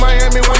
Miami